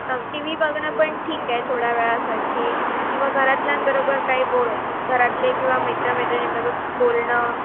तर T V बघणं पण ठीक आहे थोड्या वेळासाठी किंवा घरातल्यांबरोबर काही बोल घरातले किंवा मित्रमैत्रिणींसोबत बोलणं